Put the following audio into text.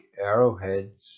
arrowheads